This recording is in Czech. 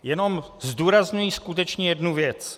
Jenom zdůrazňuji skutečně jednu věc.